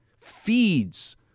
feeds